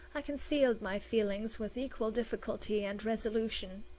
i concealed my feelings with equal difficulty and resolution.